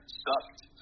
sucked